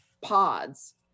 pods